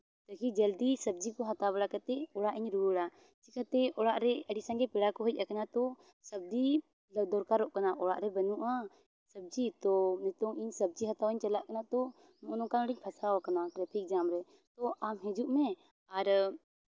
ᱫᱮᱠᱷᱤ ᱡᱚᱞᱫᱤ ᱥᱚᱵᱽᱡᱤ ᱠᱚ ᱦᱟᱛᱟᱣ ᱵᱟᱲᱟ ᱠᱟᱛᱮᱫ ᱚᱲᱟᱜ ᱤᱧ ᱨᱩᱣᱟᱹᱲᱟ ᱪᱤᱠᱟᱹᱛᱮ ᱚᱲᱟᱜ ᱨᱮ ᱟᱹᱰᱤ ᱥᱟᱸᱜᱮ ᱯᱮᱲᱟ ᱠᱚ ᱦᱮᱡᱽ ᱟᱠᱟᱱᱟ ᱛᱚ ᱥᱚᱵᱽᱡᱤ ᱫᱚᱨᱠᱟᱨᱚᱜ ᱠᱟᱱᱟ ᱚᱲᱟᱜ ᱨᱮ ᱵᱟᱹᱱᱩᱜᱼᱟ ᱥᱚᱵᱽᱡᱤ ᱛᱚ ᱤᱧ ᱱᱤᱛᱳᱜ ᱥᱚᱵᱽᱡᱤ ᱦᱟᱛᱟᱣᱤᱧ ᱪᱟᱞᱟᱜ ᱠᱟᱱᱟ ᱛᱚ ᱱᱚᱜᱼᱚ ᱱᱚᱝᱠᱟᱧ ᱯᱷᱟᱥᱟᱣᱟᱠᱟᱱᱟ ᱴᱨᱟᱯᱷᱤᱠ ᱡᱟᱢ ᱨᱮ ᱛᱚ ᱟᱢ ᱦᱤᱡᱩᱜ ᱢᱮ ᱟᱨ